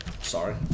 sorry